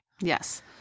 Yes